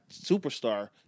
superstar